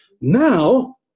now